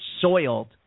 soiled